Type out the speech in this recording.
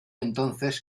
entonces